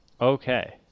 Okay